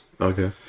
Okay